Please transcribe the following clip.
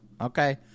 Okay